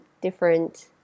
different